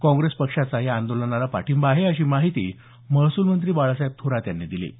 काँग्रेस पक्षाचा या आंदोलनाला पाठिंबा आहे अशी माहिती महसूलमंत्री बाळासाहेब थोरात यांनी दिली आहे